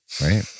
Right